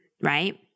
right